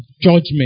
judgment